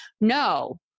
No